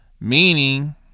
meaning